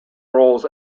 roles